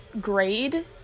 grade